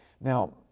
Now